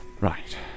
Right